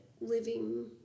living